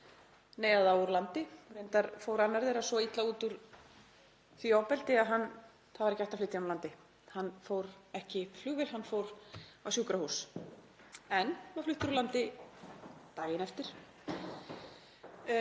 neyða þá úr landi. Reyndar fór annar þeirra svo illa út úr því ofbeldi að ekki var hægt að flytja hann úr landi. Hann fór ekki í flugvél, hann fór á sjúkrahús en var fluttur úr landi daginn eftir.